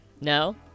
No